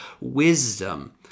Wisdom